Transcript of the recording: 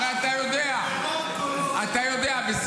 הרי אתה יודע --- ההצעה נדחתה ברוב קולות.